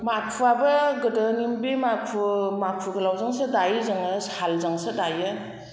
माखुआबो गोदोनि बे माखु गोलावजोंसो दायो जोङो सालजोंसो दायो